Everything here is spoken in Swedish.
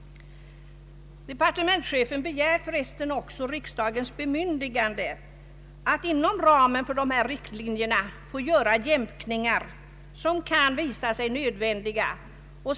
Departementschefen begär för resten också riksdagens bemyndigande att inom ramen för dessa riktlinjer få göra jämkningar som kan visa sig nödvändiga.